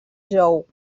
jou